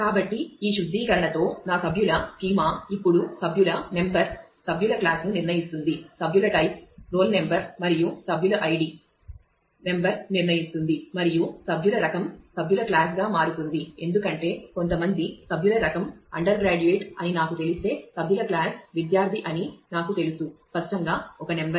కాబట్టి ఈ శుద్ధీకరణతో నా సభ్యుల స్కీమా ఇప్పుడు సభ్యుల నెంబర్→ సభ్యుల క్లాస్ సభ్యుల టైపు రోల్ నెంబర్ మరియు సభ్యుడి ఐడి నెంబర్ మరియు సభ్యుల రకం → సభ్యుల క్లాస్ గా మారుతుంది ఎందుకంటే కొంతమంది సభ్యుల రకం అండర్ గ్రాడ్యుయేట్ అని నాకు తెలిస్తే సభ్యుల క్లాస్ విద్యార్థి అని నాకు తెలుసు స్పష్టంగా ఒక నెంబర్